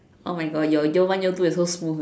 oh mu god your year one year two is so smooth